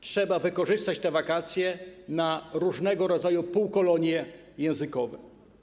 Trzeba wykorzystać te wakacje na różnego rodzaju półkolonie językowe.